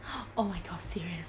oh my god serious